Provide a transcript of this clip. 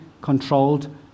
controlled